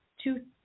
two